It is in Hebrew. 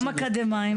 כולם אקדמאים.